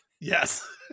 Yes